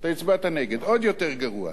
אתה הצבעת נגד, עוד יותר גרוע.